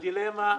הדילמה,